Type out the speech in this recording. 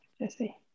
Jesse